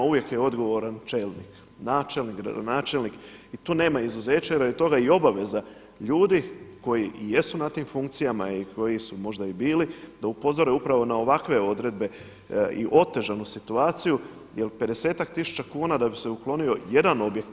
Uvijek je odgovoran čelnik, načelnik, gradonačelnik i tu nema izuzeća i radi toga i obaveza ljudi koji jesu na tim funkcijama i koje su možda i bili da upozore upravo na ovakve odredbe i otežanu situaciju jel pedesetak tisuća kuna da bi se uklonio jedan objekt.